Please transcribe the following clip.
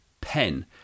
pen